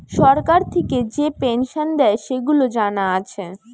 সরকার থিকে যে পেনসন দেয়, সেগুলা জানা আছে